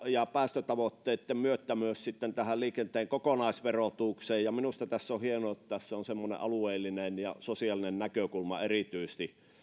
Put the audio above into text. ja päästötavoitteitten myötä myös liikenteen kokonaisverotukseen ja minusta on hienoa että tässä on semmoinen alueellinen ja sosiaalinen näkökulma erityisesti